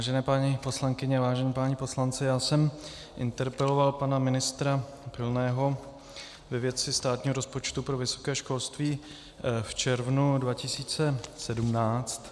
Vážené paní poslankyně, vážení páni poslanci, já jsem interpeloval pana ministra Pilného ve věci státního rozpočtu pro vysoké školství v červnu 2017.